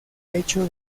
hecho